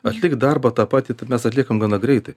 atlik darbą tą patį mes atliekam gana greitai